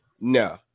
No